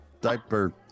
diaper